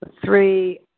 Three